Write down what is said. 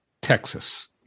Texas